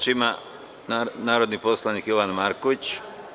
Reč ima narodni poslanik Jovan Marković.